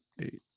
eight